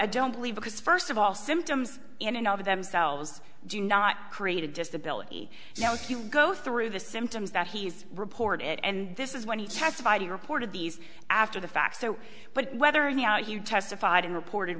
don't believe because first of all symptoms in and of themselves do not create a disability now if you go through the symptoms that he's reported and this is when he testified he reported these after the fact so but whether you know you testified and reported